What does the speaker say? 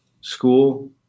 school